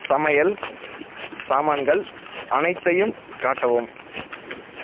சமையல் சாமான்கள் அனைத்தையும் காட்டவும்